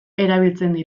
erabiltzen